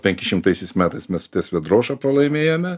penki šimtaisiais metais mes ties vedroša pralaimėjome